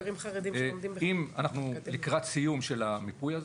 אנחנו לקראת סיום של המיפוי הזה,